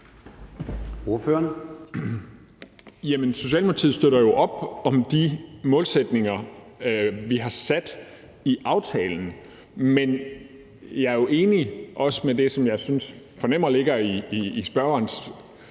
Socialdemokratiet støtter jo op om de målsætninger, vi har sat i aftalen. Men jeg er jo enig i det, som jeg synes at jeg fornemmer ligger i spørgerens